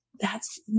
That's-